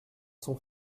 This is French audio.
son